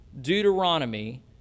Deuteronomy